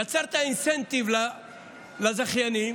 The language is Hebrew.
יצרת אינסנטיב לזכיינים